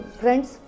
friends